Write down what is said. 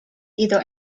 either